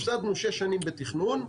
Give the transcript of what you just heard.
הפסדנו שש שנים בתכנון,